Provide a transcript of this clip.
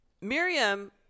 miriam